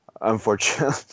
Unfortunately